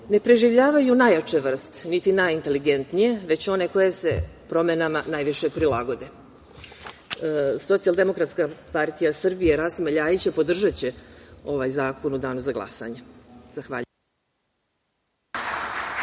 ne preživljavaju najjače vrste, niti najinteligentnije, već one koje se promenama najviše prilagode. Socijaldemokratska partija Srbije, Rasima Ljajića, podržaće ovaj zakon u Danu za glasanje. Zahvaljujem.